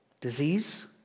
disease